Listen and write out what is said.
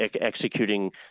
executing